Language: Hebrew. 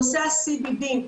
נושא ה-CBD,